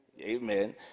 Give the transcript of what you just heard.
Amen